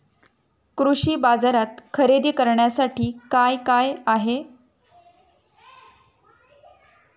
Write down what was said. कृषी बाजारात खरेदी करण्यासाठी काय काय आहे?